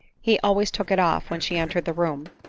he always took it off when she entered the room,